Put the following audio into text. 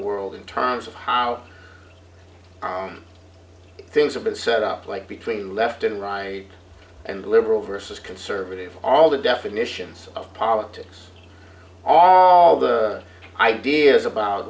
world in terms of how things have been set up like between left and right i and liberal versus conservative all the definitions of politics are are all the ideas about